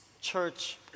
church